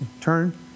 Turn